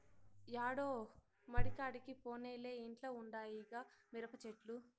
యాడో మడికాడికి పోనేలే ఇంట్ల ఉండాయిగా మిరపచెట్లు